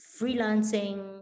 Freelancing